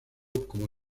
como